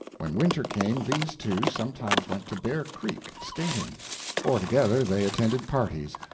when winter came these two sometimes went to bear creek, skating or together they attended parties,